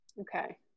okay